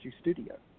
studio